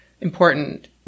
important